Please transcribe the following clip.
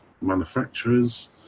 manufacturers